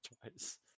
twice